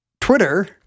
Twitter